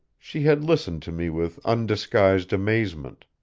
she had listened to me with undisguised amazement.